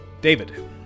David